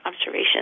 observation